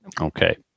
Okay